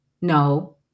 No